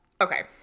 Okay